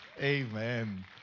Amen